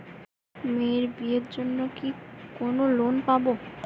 মেয়ের বিয়ের জন্য কি কোন লোন পাব?